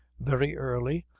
very early,